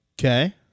Okay